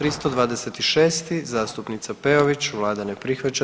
326. zastupnica Peović, Vlada ne prihvaća.